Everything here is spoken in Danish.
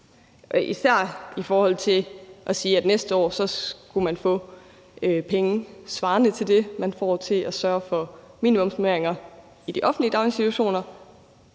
især i forhold til at man næste år skulle få penge svarende til det, man får til at sørge for minimumsnormeringer i de offentlige daginstitutioner,